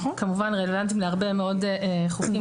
שכמובן רלוונטיים להרבה מאוד חוקים.